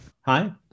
hi